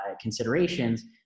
considerations